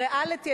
בריאליטי,